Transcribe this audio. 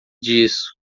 disso